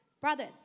brothers